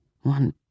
one